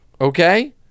okay